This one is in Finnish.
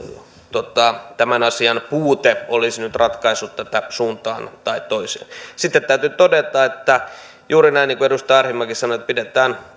tämän asian puute olisi nyt ratkaissut tätä suuntaan tai toiseen sitten täytyy todeta juuri näin kuin edustaja arhinmäki sanoi että pidetään